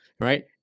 right